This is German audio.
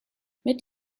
mit